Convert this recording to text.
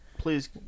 Please